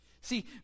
See